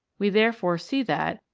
we therefore see that,